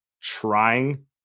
trying